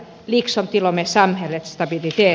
värderade talman